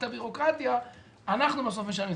את הביורוקרטיה אנחנו בסוף משלמים.